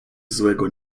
złego